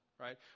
right